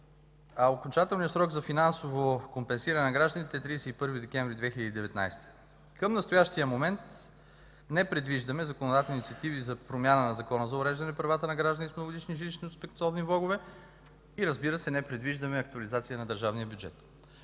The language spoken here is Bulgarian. а окончателният срок за финансово компенсиране на гражданите е 31 декември 2019 г. Към настоящия момент не предвиждаме законодателни инициативи за промяна на Закона за уреждане на правата на гражданите с многогодишни жилищно-спестовни влогове и, разбира се, не предвиждаме актуализация на държавния бюджет.